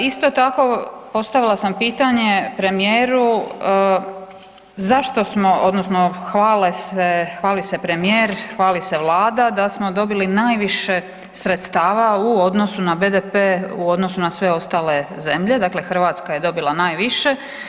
Isto tako, postavila sam pitanje premijeru, zašto smo, odnosno hvale se, hvali se premijer, hvali se Vlada da smo dobili najviše sredstava u odnosu na BDP u odnosu na sve ostale zemlje, dakle Hrvatska je dobila najviše.